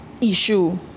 issue